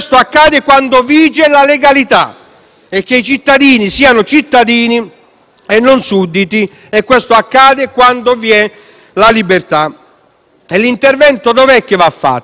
e che i cittadini siano tali e non sudditi (questo accade quando vi è la libertà). L'intervento va fatto dove la mafia già c'è